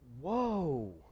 whoa